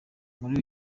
muri